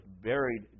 buried